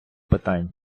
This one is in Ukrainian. питань